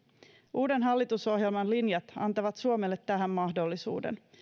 uuden hallitusohjelman linjat antavat suomelle tähän mahdollisuuden